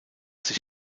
sich